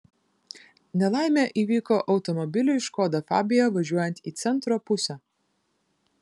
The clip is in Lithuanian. nelaimė įvyko automobiliui škoda fabia važiuojant į centro pusę